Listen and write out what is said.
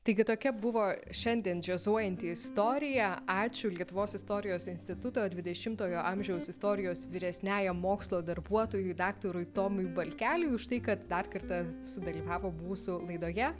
taigi tokia buvo šiandien džiazuojanti istorija ačiū lietuvos istorijos instituto dvidešimtojo amžiaus istorijos vyresniajam mokslo darbuotojui daktarui tomui balkeliui už tai kad dar kartą sudalyvavo mūsų laidoje